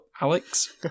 Alex